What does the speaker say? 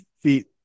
feet